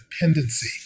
dependency